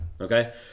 okay